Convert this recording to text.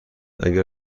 اگر